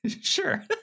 Sure